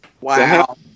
Wow